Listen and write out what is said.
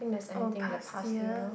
oh past year